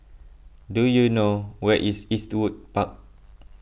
do you know where is Eastwood Park